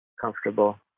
comfortable